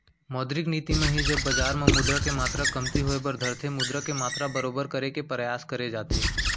मौद्रिक नीति म ही जब बजार म मुद्रा के मातरा कमती होय बर धरथे मुद्रा के मातरा बरोबर करे के परयास करे जाथे